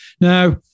Now